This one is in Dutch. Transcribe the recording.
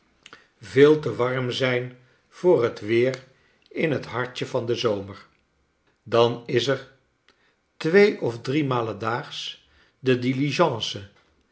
veel te warm zijn voor het weer in het hartje van den zomer dan is er twee of driemalen daags de